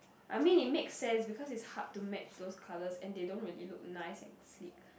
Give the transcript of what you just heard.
I mean it makes sense because it's hard to match those colours and they don't really look nice and sleek